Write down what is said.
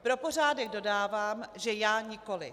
Pro pořádek dodávám, že já nikoliv.